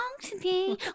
today